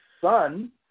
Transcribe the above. son